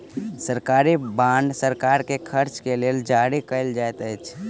सरकारी बांड सरकार के खर्च के लेल जारी कयल जाइत अछि